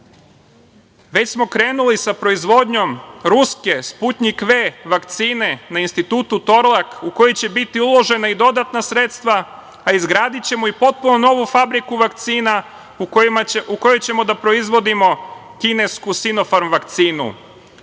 smo krenuli sa proizvodnjom ruske „Sputnjik V“ vakcine na Institutu „Torlak“, u koju će biti uložena i dodatna sredstva, a izgradićemo i potpuno novu fabriku vakcina u kojoj ćemo da proizvodimo kinesku „Sinofarm“ vakcinu